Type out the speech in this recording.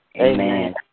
Amen